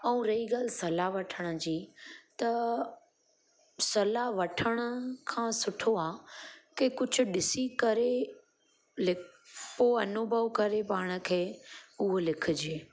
ऐं रही ॻाल्हि सलाह वठण जी त सलाह वठणु खां सुठो आहे की कुझु ॾिसी करे लिखु पोइ अनुभव करे पाण खे उहो लिखिजे